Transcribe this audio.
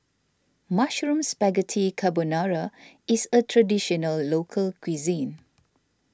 Mushroom Spaghetti Carbonara is a Traditional Local Cuisine